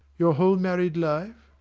your whole married life,